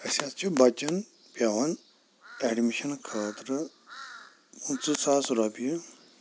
أسۍ حظ چھِ بَچَن پٮ۪وان ایڈمِشَن خٲطرٕ پٕنٛژٕ ساس رۄپیہِ